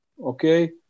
okay